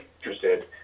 interested